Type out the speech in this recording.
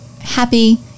happy